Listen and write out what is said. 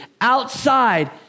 outside